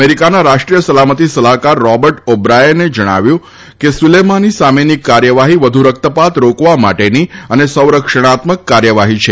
અમેરિકાના રાષ્ટ્રીય સલામતી સલાહકાર રોબર્ટ ઓબ્રાયને જણાવ્યું છે કે સુલેમાની સામેની કાર્યવાહી વધુ રક્તપાત રોકવા માટેની અને સંરક્ષણાત્મક કાર્યવાહી છે